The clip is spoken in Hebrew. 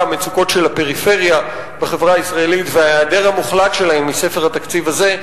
של הפריפריה בחברה הישראלית וההיעדר המוחלט שלהן מספר התקציב הזה.